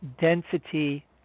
density